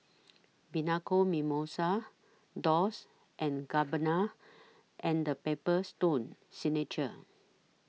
Bianco Mimosa Dolce and Gabbana and The Paper Stone Signature